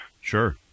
Sure